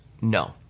No